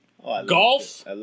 golf